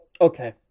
Okay